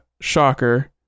Shocker